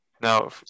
Now